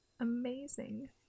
amazing